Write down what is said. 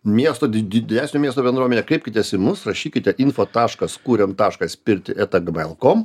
miesto didesnio miesto bendruomenė kreipkitės į mus rašykite info taškas kuriam taškas pirtį eta gmail kom